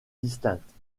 distinctes